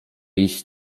iść